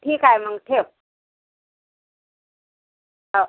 ठीक आहे मग ठेव हो